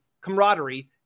camaraderie